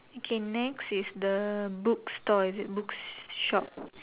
okay next is the book store is it book shop